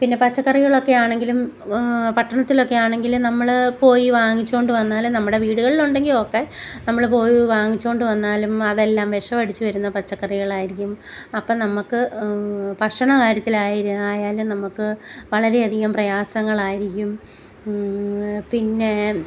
പിന്നെ പച്ചക്കറികളൊക്കെ ആണെങ്കിലും പട്ടണത്തിലൊക്കെ ആണെങ്കിൽ നമ്മൾ പോയി വാങ്ങിച്ചു കൊണ്ട് വന്നാലേ നമ്മുടെ വീടുകളിൽ ഉണ്ടെങ്കിൽ ഓക്കേ നമ്മൾ പോയി വാങ്ങിച്ചു കൊണ്ട് വന്നാലും അതെല്ലാം വിഷം അടിച്ചു വരുന്ന പച്ചക്കറികളായിരിക്കും അപ്പം നമ്മൾക്ക് ഭക്ഷണ കാര്യത്തിൽ ആയാലും നമ്മൾക്ക് വളരെ അധികം പ്രയാസങ്ങളായിരിക്കും പിന്നേ